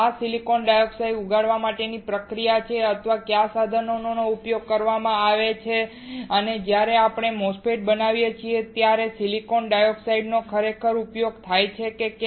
આ silicon dioxide ઉગાડવા માટે કઈ પ્રક્રિયા છે અથવા કયા સાધનોનો ઉપયોગ કરવામાં આવે છે અને જ્યારે આપણે MOSFET બનાવવાના છીએ ત્યારે સિલિકોન ડાયોક્સાઈડનો ખરેખર ઉપયોગ થાય છે કે કેમ